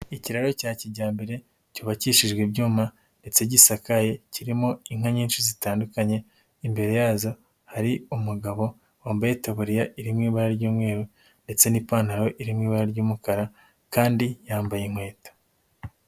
Ikiraro cya kijyambere cyubakishijwe ibyuma ndetse gisakaye kirimo inka nyinshi zitandukanye, imbere yazo hari umugabo wambaye itaburiya iri mu ibara ry'umweru ndetse n'ipantaro iri mu ibara ry'umukara kandi yambaye inkweto.